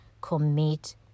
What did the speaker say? commit